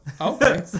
Okay